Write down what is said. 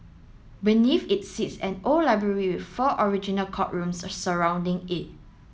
beneath it sits the old library with four original courtrooms surrounding it